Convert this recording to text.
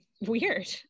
weird